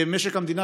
משק המדינה,